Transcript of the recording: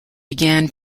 began